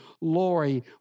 Lori